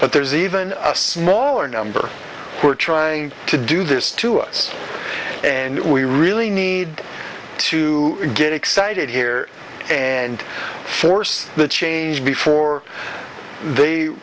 but there's even a smaller number who are try to do this to us and we really need to get excited here and force the change before they